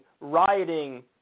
rioting